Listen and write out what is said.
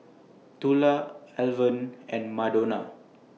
Tula Alvan and Madonna